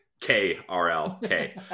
K-R-L-K